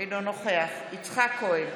אינו נוכח יצחק כהן,